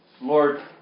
Lord